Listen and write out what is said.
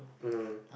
hmm